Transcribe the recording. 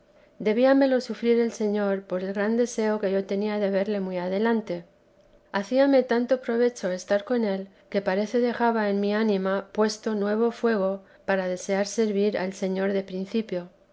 semejantes debíamelo sufrir el señor por el gran deseo que yo tenía de verle muy adelante hacíame tanto provecho estar con él que parece dejaba en mi ánima puesto nuevo fuego para desear servir al señor de principio